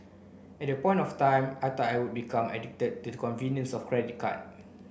at that point of time I thought I would become addicted to the convenience of credit card